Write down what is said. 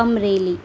Amreli